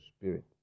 spirit